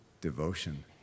devotion